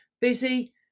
busy